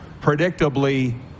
predictably